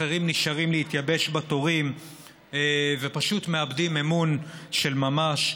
אחרים נשארים להתייבש בתורים ופשוט מאבדים אמון של ממש.